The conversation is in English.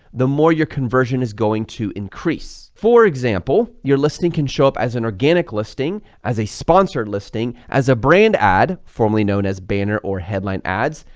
the more your conversion is going to increase. for example, your listing can show up as an organic listing, as a sponsored listing, as a brand ad formerly known as banner or headline ads,